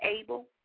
able